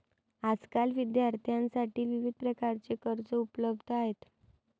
आजकाल विद्यार्थ्यांसाठी विविध प्रकारची कर्जे उपलब्ध आहेत